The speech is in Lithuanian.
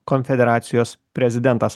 konfederacijos prezidentas